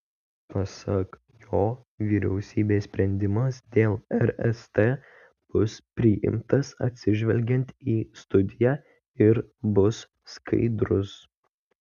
pasak jo vyriausybės sprendimas dėl rst bus priimtas atsižvelgiant į studiją ir bus skaidrus